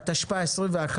התשפ"א-2021,